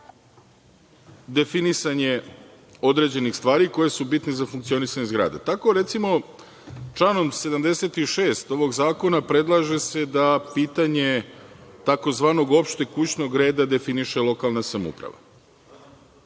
definisanje određenih stvari koje su bitne za funkcionisanje zgrade. Tako recimo, članom 76. ovog zakona, predlaže se da pitanje tzv. opšteg kućnog reda definiše lokalna samouprava.